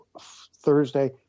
Thursday